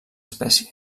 espècie